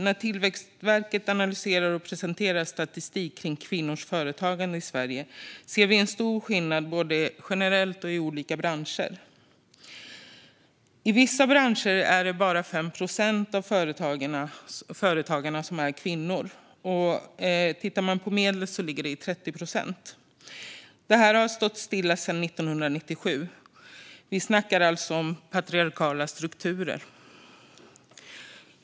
När Tillväxtverket analyserar detta och presenterar statistik kring kvinnors företagande i Sverige ser vi en stor skillnad både generellt och i olika branscher. I vissa branscher är det bara 5 procent av företagarna som är kvinnor. Medelvärdet ligger på 30 procent. Det har stått stilla sedan 1997. Vi snackar alltså om patriarkala strukturer.